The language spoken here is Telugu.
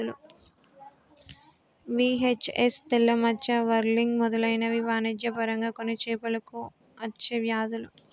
వి.హెచ్.ఎస్, తెల్ల మచ్చ, వర్లింగ్ మెదలైనవి వాణిజ్య పరంగా కొన్ని చేపలకు అచ్చే వ్యాధులు